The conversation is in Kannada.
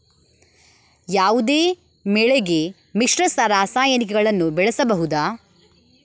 ಯಾವುದೇ ಬೆಳೆಗೆ ಮಿಶ್ರ ರಾಸಾಯನಿಕಗಳನ್ನು ಬಳಸಬಹುದಾ?